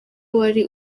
wari